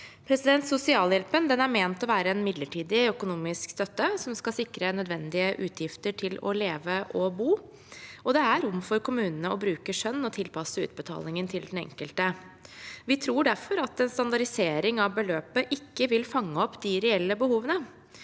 Sosialhjelpen er ment å være en midlertidig økonomisk støtte som skal sikre mottakerne med tanke på nødvendige utgifter til å leve og bo, og det er rom for kommunene til å bruke skjønn og tilpasse utbetalingen til den enkelte. Vi tror derfor at en standardisering av beløpet ikke vil fange opp de reelle behovene.